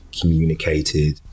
communicated